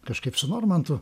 kažkaip su normantu